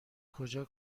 کجا